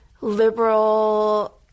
liberal